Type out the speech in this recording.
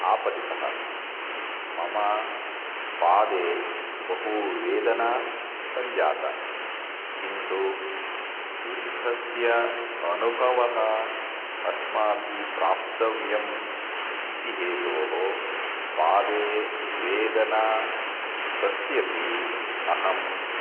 आपतितः मम पादे बहुवेदना सञ्जाता किन्तु युद्धस्य अनुभवः अस्माभिः प्राप्तव्यम् इति हेतोः पादे वेदना सत्यपि अहं